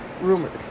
rumored